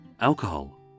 alcohol